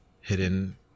hidden